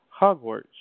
Hogwarts